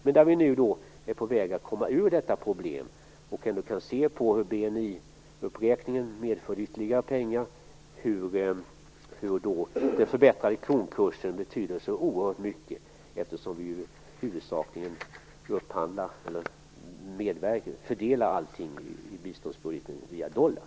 Men nu är vi på väg att komma ur detta problem och kan se hur BNI-uppräkningen medför ytterligare pengar och hur oerhört mycket den förbättrade kronkursen betyder, eftersom vi huvudsakligen fördelar allt inom biståndspolitiken via dollar.